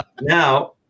now